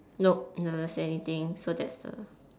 nope never say anything so that's the